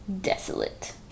desolate